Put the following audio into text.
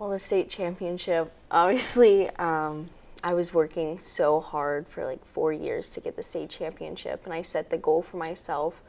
all the state championship obviously i was working so hard for only four years to get the state championship and i set the goal for myself